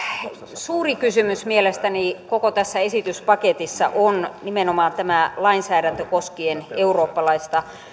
suurin kysymys mielestäni koko tässä esityspaketissa on nimenomaan tämä lainsäädäntö koskien eurooppalaista